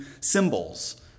symbols